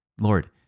Lord